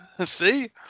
See